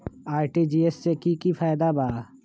RTGS से की की फायदा बा?